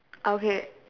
ah okay